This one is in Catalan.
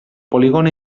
polígon